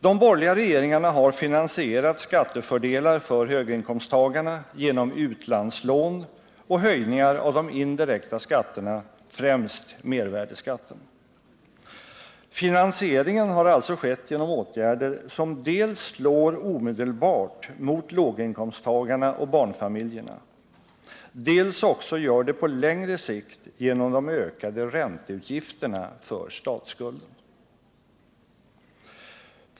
De borgerliga regeringarna har finansierat skattefördelar för höginkomsttagarna genom utlandslån och höjningar av de indirekta skatterna, främst mervärdeskatten. Finansieringen har alltså skett genom åtgärder som dels slår omedelbart mot låginkomsttagarna och barnfamiljerna, dels gör det också på längre sikt genom de ökade ränteutgifterna för statsskulden.